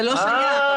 זה לא שייך,